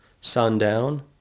sundown